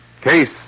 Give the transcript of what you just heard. Case